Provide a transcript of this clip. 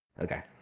Okay